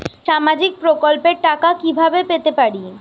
সামাজিক প্রকল্পের টাকা কিভাবে পেতে পারি?